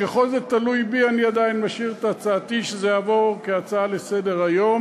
ככל שזה תלוי בי אני עדיין משאיר את הצעתי שזה יעבור כהצעה לסדר-היום,